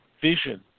vision